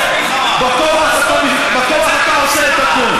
בכוח אתה עושה את הכול.